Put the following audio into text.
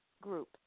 Group